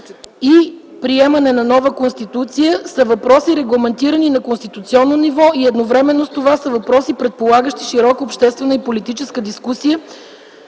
и приемане на нова Конституция, са въпроси, регламентирани на конституционно ниво, и едновременно с това са въпроси, предполагащи широка обществена и политическа дискусия,